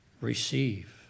Receive